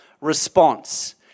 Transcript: response